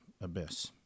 abyss